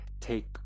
take